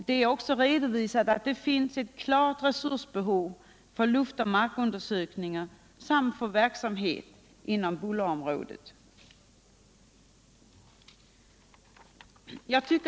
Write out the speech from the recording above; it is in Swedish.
Det har redovisats att det finns ett klart resursbehov för luftoch markundersökningar samt för verksamheten inom bullerområdet.